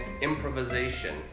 improvisation